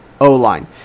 O-line